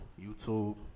youtube